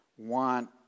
want